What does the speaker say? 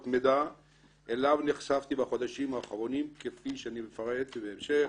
מידע אליו נחשפתי בחודשים האחרונים כפי שאני מפרט בהמשך.